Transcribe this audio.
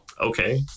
Okay